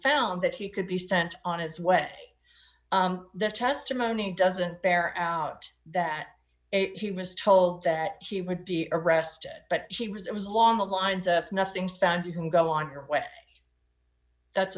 found that he could be sent on his way the testimony doesn't bear out that if you must tell that she would be arrested but she was it was along the lines of nothing's found you can go on your way that's